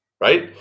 right